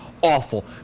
awful